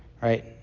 right